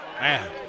Man